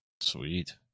Sweet